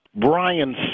Brian